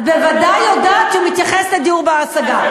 את בוודאי יודעת שהוא מתייחס לדיור בר-השגה.